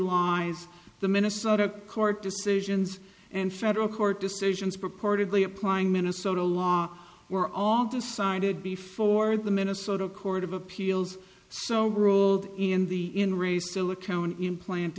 realize the minnesota court decisions and federal court decisions purportedly applying minnesota law were all decided before the minnesota court of appeals so ruled in the in re silicone implant